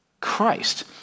Christ